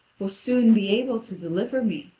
will soon be able to deliver me.